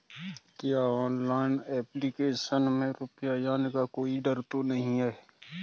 क्या online application में रुपया जाने का कोई डर तो नही है?